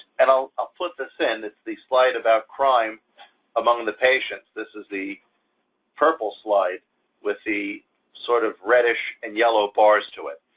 and i'll i'll put this in, it's the slide about crime among the patients. this is the purple slide with the sort of reddish and yellow bars to it.